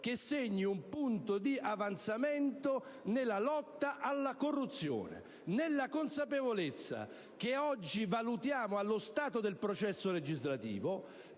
che segni un punto di avanzamento nella lotta alla corruzione. Ciò nella consapevolezza che oggi valutiamo allo stato del processo legislativo